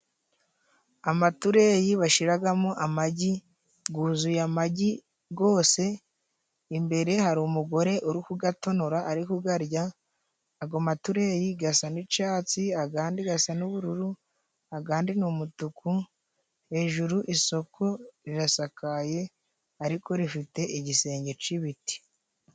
Amatureyi bashiragamo amagi guzuye amagi gose imbere hari umugore uri hugatonora ari gugarya ago matureyi gasa n'icatsi agandi gasa n'ubururu agandi ni umutuku hejuru isoko rirasakaye ariko rifite igisenge c'ibiti.